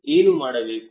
ಏನು ಮಾಡಬೇಕು